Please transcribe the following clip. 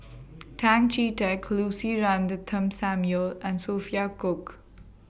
Tan Chee Teck Lucy Ratnammah Samuel and Sophia Cooke